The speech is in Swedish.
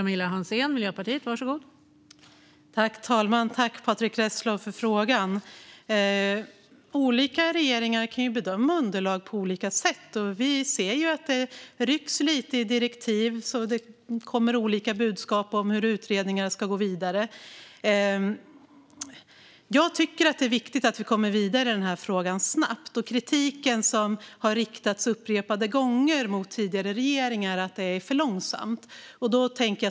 Fru talman! Jag tackar Patrick Reslow för frågan. Olika regeringar kan ju bedöma underlag på olika sätt. Och vi ser att det rycks lite i direktiv och kommer olika budskap om hur utredningar ska gå vidare. Jag tycker att det är viktigt att vi kommer vidare i denna fråga snabbt. Det har riktats kritik upprepade gånger mot tidigare regeringar om att det går för långsamt.